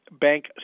bank